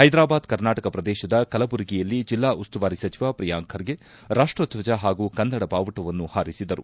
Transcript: ಪೈದರಾಬಾದ್ ಕರ್ನಾಟಕ ಪ್ರದೇಶದ ಕಲಬುರಗಿಯಲ್ಲಿ ಜಿಲ್ಲಾ ಉಸ್ತುವಾರಿ ಸಚಿವ ಪ್ರಿಯಾಂಕ ಖರ್ಗೆ ರಾಷ್ಟರ್ವಜ ಹಾಗೂ ಕನ್ನಡ ಬಾವುಟವನ್ನು ಪಾರಿಸಿದರು